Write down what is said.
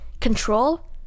control